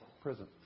prison